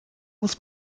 muss